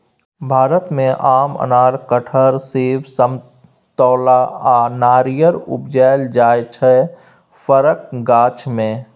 भारत मे आम, अनार, कटहर, सेब, समतोला आ नारियर उपजाएल जाइ छै फरक गाछ मे